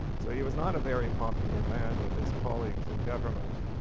so he was not a very popular man with his colleagues in government.